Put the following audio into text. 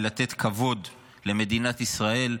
ולתת כבוד למדינת ישראל,